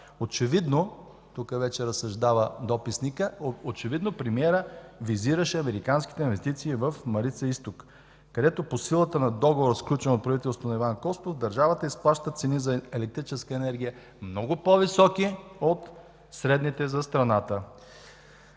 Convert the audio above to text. Очевидно, тук вече разсъждава дописникът, премиерът визираше американските инвестиции в „Марица изток”, където по силата на договор, сключен от правителството на Иван Костов, държавата изплаща цени за електрическа енергия много по-високи от средните за страната.